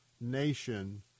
nation